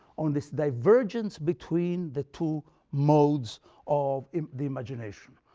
on this divergence between the two modes of the imagination.